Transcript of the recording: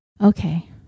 Okay